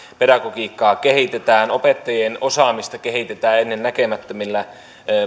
pedagogiikkaa kehitetään opettajien osaamista kehitetään ennennäkemättömillä